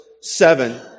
seven